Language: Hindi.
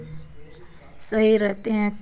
सही रहते हैं